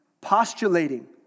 postulating